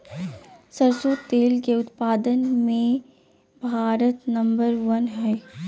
सरसों तेल के उत्पाद मे भारत नंबर वन हइ